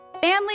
Family